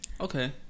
okay